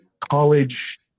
college